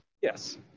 Yes